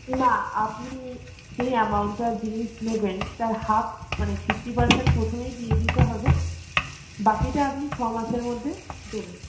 না আপনি যেই অ্যামাউন্টটার জিনিস নেবেন তার হাফ মানে ফিফটি পারসেন্ট প্রথমেই দিয়ে দিতে হবে বাকিটা আপনি ছমাসের মধ্যে দেবেন